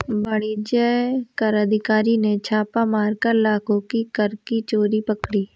वाणिज्य कर अधिकारी ने छापा मारकर लाखों की कर की चोरी पकड़ी